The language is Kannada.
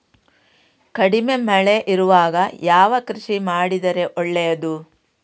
ಕಡಿಮೆ ಮಳೆ ಇರುವಾಗ ಯಾವ ಕೃಷಿ ಮಾಡಿದರೆ ಒಳ್ಳೆಯದು?